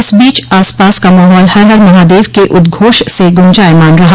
इस बीच आसपास का माहौल हर हर महादेव के उद्घोष से गूंजायमान रहा